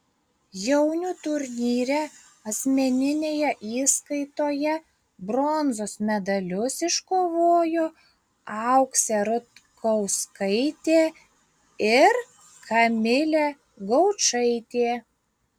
jaunių turnyre asmeninėje įskaitoje bronzos medalius iškovojo auksė rutkauskaitė ir kamilė gaučaitė